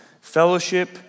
fellowship